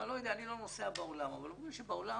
אני לא יודע, אני לא נוסע בעולם אבל אומרים שבעולם